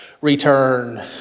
return